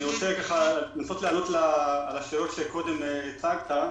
אני רוצה לנסות לענות על השאלות שהצגת קודם,